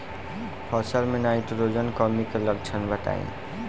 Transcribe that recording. फसल में नाइट्रोजन कमी के लक्षण बताइ?